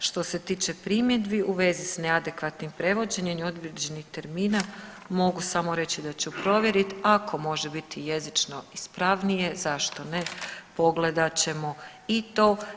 Što se tiče primjedbi u vezi sa neadekvatnim prevođenjem i određenih termina mogu samo reći da ću provjeriti ako može biti jezično ispravnije zašto ne, pogledat ćemo i to.